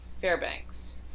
Fairbanks